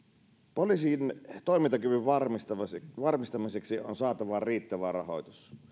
poliisin toimintakyvyn varmistamiseksi varmistamiseksi on saatava riittävä rahoitus